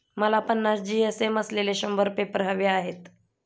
मला पन्नास जी.एस.एम असलेले शंभर पेपर हवे आहेत